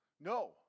No